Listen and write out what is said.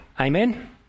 Amen